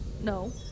No